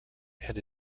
and